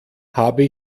habe